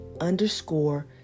underscore